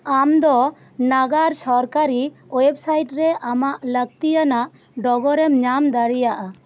ᱟᱢ ᱫᱚ ᱱᱟᱜᱟᱨ ᱥᱚᱨᱠᱟᱨᱤ ᱳᱭᱮᱵᱽᱼᱥᱟᱭᱤᱰ ᱨᱮ ᱟᱢᱟᱜ ᱞᱟᱠᱛᱤᱭᱟᱱᱟᱜ ᱰᱚᱜᱚᱨᱮᱢ ᱧᱟᱢ ᱫᱟᱧᱲᱮᱭᱟᱜᱼᱟ